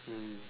mm